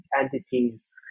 entities